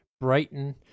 Brighton